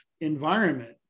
environment